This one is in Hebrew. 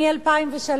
מ-2003,